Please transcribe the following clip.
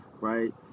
right